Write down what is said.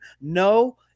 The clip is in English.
No